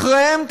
אחריהם,